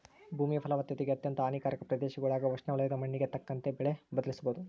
ಭೂಮಿ ಫಲವತ್ತತೆಗೆ ಅತ್ಯಂತ ಹಾನಿಕಾರಕ ಪ್ರದೇಶಗುಳಾಗ ಉಷ್ಣವಲಯದ ಮಣ್ಣಿಗೆ ತಕ್ಕಂತೆ ಬೆಳೆ ಬದಲಿಸೋದು